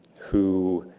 who.